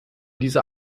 diese